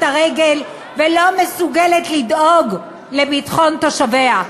הרגל ולא מסוגלת לדאוג לביטחון תושביה.